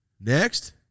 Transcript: Next